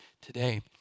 today